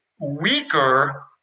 weaker